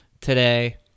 today